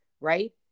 right